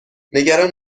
نگران